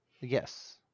Yes